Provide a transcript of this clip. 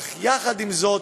אך יחד עם זאת,